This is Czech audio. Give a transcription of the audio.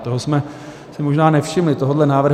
Toho jsme si možná nevšimli, tohoto návrhu.